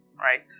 right